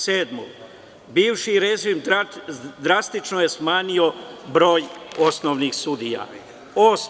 Sedmo, bivši režim drastično je smanjio broj osnovnih sudija.